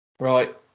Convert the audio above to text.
right